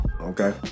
Okay